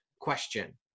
question